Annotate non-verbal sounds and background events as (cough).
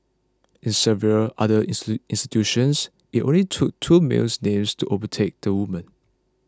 in several other (unintelligible) institutions it only took two males names to overtake the women